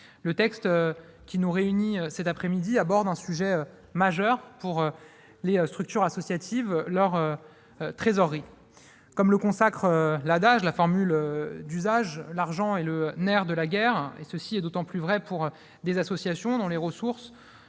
Le texte qui nous réunit cet après-midi traite d'un sujet majeur pour les structures associatives : leur trésorerie. Comme le consacre l'adage, « l'argent est le nerf de la guerre »; cela est d'autant plus vrai s'agissant d'associations dont les ressources